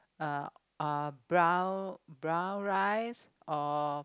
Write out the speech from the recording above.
uh uh brown brown rice or